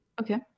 Okay